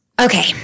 Okay